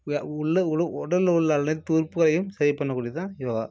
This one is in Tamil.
உடலில் உள்ள அனைத்து உறுப்புகளையும் சரி பண்ணக்கூடியது தான் யோகா